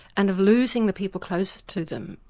and of losing the people close to them,